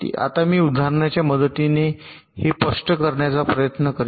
आता मी उदाहरणाच्या मदतीने हे स्पष्ट करण्याचा प्रयत्न करेन